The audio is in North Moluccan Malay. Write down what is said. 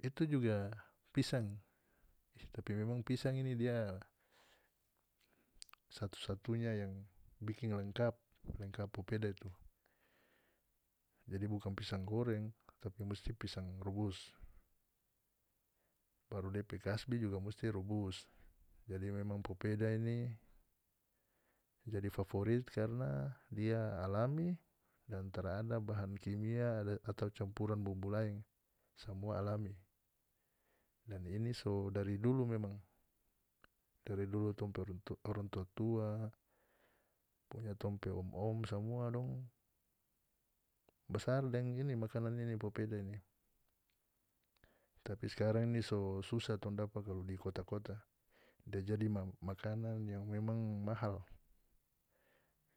Itu juga pisang tapi memang pisang ini dia satu-satunya yang bikin lengkap lengkap pupeda itu jadi bukan pisang goreng tapi musti pisang rubus baru depe kasbi juga musti rubus jadi memang popeda ini jadi favorit karna dia alami dan tarada bahan kimia ada atau campuran bumbu laeng samua alami dan ini so dari dulu memang dari dulu tong pe orang tua-tua pokonya tong pe om-om samua dong basar deng ini makanan ini popeda ini tapi skarang ini so susah tong dapa kalu di kota-kota dia jadi makanan yang memang mahal